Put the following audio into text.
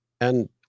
And-